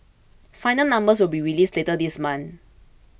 final numbers will be released later this month